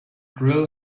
drill